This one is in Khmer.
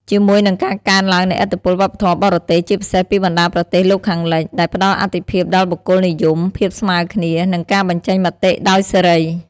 ជាមួយនឹងការកើនឡើងនៃឥទ្ធិពលវប្បធម៌បរទេស ជាពិសេសពីបណ្ដាប្រទេសលោកខាងលិច ដែលផ្ដល់អាទិភាពដល់បុគ្គលនិយម ភាពស្មើគ្នា និងការបញ្ចេញមតិដោយសេរី។